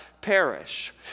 perish